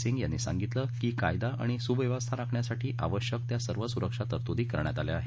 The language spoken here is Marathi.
सिंग यांनी सांगितलं की कायदा आणि सुव्यवस्था राखण्यासाठी आवश्यक त्या सर्व सुरक्षा तरतूदी करण्यात आल्या आहेत